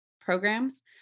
programs